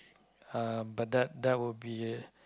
uh but that that would be